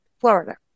Florida